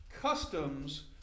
customs